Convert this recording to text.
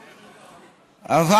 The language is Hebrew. לא,